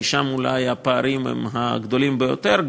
כי שם אולי הפערים הם הגדולים ביותר.